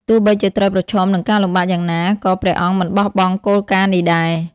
ទោះបីជាត្រូវប្រឈមនឹងការលំបាកយ៉ាងណា ក៏ព្រះអង្គមិនបោះបង់គោលការណ៍នេះដែរ ។